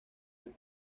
del